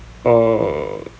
err